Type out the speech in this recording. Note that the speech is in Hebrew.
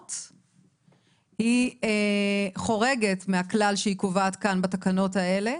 מסוימות היא חורגת מהכלל שהיא קובעת כאן בתקנות האלה,